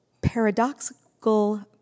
paradoxical